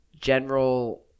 general –